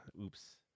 Oops